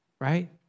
Right